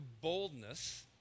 boldness